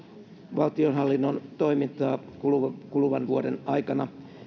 valtionhallinnon toimintaa kuluvan kuluvan vuoden aikana